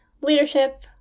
leadership